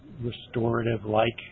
restorative-like